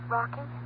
Rocky